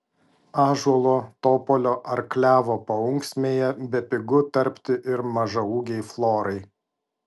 ąžuolo topolio ar klevo paunksmėje bepigu tarpti ir mažaūgei florai